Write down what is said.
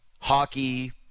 hockey